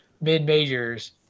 mid-majors